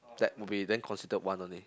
that would be then considered one only